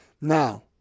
Now